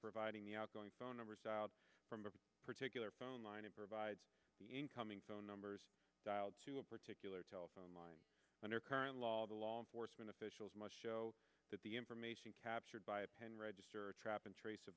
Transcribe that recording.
providing the outgoing phone numbers out from a particular phone line it provides incoming phone numbers dialed to a particular telephone line under current law the law enforcement officials must show that the information captured by a pen register trap and trace